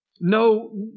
No